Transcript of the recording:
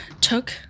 took